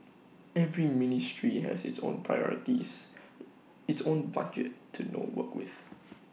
every ministry has its own priorities its own budget to know work with